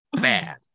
bad